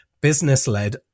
business-led